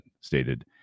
stated